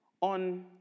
on